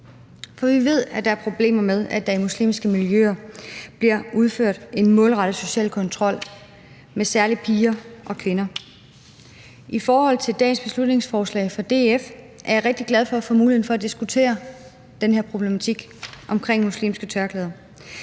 for vi ved, at der er problemer med, at der i muslimske miljøer bliver udført en målrettet social kontrol med særlig piger og kvinder. I forhold til dagens beslutningsforslag fra DF er jeg rigtig glad for at få mulighed for at diskutere den her problematik om muslimske tørklæder.